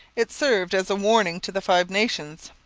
it served as a warning to the five nations.